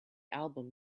album